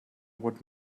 what